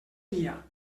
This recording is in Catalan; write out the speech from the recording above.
guia